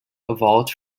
evolved